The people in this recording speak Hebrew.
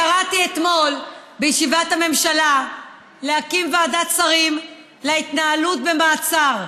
קראתי אתמול בישיבת הממשלה להקים ועדת שרים על ההתנהלות במעצר.